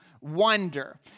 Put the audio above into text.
wonder